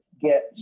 get